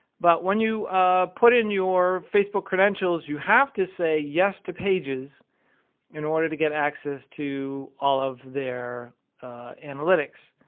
but when you put in your facebook credentials, you have to say yes to pages in order to get access to all of their analytics.